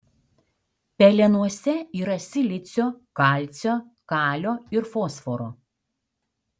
pelenuose yra silicio kalcio kalio ir fosforo